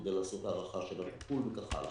כדי לעשות הערכה של הטיפול וכן הלאה.